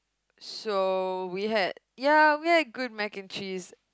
so we had ya we had good Mac and Cheese